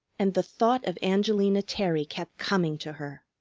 and the thought of angelina terry kept coming to her.